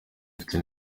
mfite